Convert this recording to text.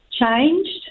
changed